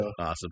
Awesome